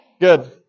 Good